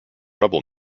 rebel